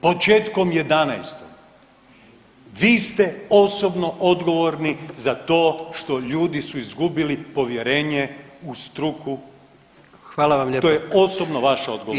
Početkom 11., vi ste osobno odgovorni za to što ljudi su izgubili povjerenje u struku [[Upadica predsjednik: Hvala vam lijepo.]] to je osobno vaša odgovornost.